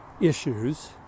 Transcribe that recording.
issues